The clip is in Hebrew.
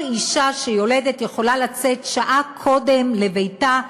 כל אישה שילדה יכולה לצאת שעה קודם לביתה,